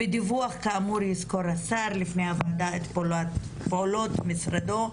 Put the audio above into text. בדיווח כאמור יסקור השר לפני הוועדה את פעולות משרדו,